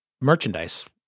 merchandise